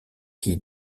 qui